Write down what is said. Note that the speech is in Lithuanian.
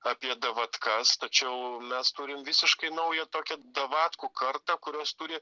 apie davatkas tačiau mes turim visiškai naują tokia davatkų kartą kurios turi